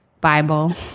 Bible